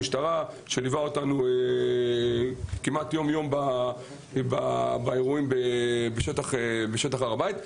המשטרה שליווה אותנו יום יום באירועים בשטח הר הבית.